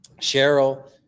cheryl